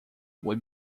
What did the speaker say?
will